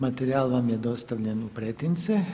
Materijal vam je dostavljen u pretince.